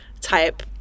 type